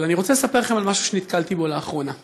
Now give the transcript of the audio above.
אבל אני רוצה לספר לכם במשהו שנתקלתי בו לאחרונה: